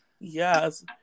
Yes